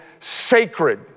sacred